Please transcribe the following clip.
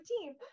team